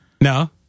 No